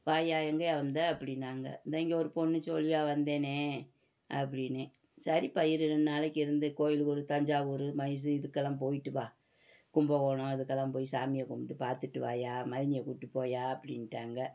வாயா எங்கேய்யா வந்த அப்படின்னாங்க இந்த இங்கே ஒரு பொண்ணு ஜோலியாக வந்தேண்ணே அப்படின்னே சரிப்பா இரு ரெண்டு நாளைக்கு இருந்து கோயிலுக்கு தஞ்சாவூர் மைஸு இதுக்கெல்லாம் போய்விட்டு வா கும்பகோணம் இதுக்கெல்லாம் போய் சாமியை கும்பிட்டு பார்த்துட்டு வாயா மதனியை கூப்பிட்டு போயா அப்படின்ட்டாங்க